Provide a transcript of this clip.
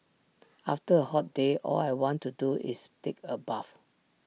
after A hot day all I want to do is take A bath